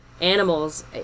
animals